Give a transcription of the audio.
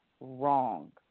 wrong